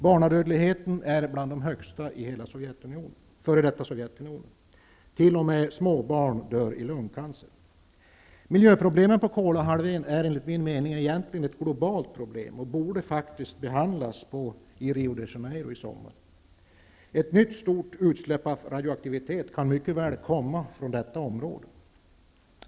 Barnadödligheten är bland de högsta i hela f.d. Sovjetunionen. T.o.m. Miljöproblemen på Kolahalvön är egentligen ett globalt problem och borde behandlas i Rio de Janeiro i sommar. Ett nytt stort utsläpp av radioaktivitet kan mycket väl komma från detta område.